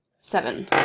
Seven